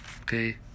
Okay